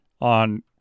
on